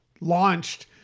launched